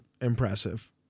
impressive